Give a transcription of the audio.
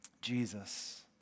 Jesus